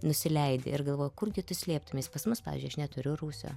nusileidi ir galvoju kur gi tu slėptumeis pas mus pavyzdžiui aš neturiu rūsio